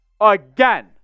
again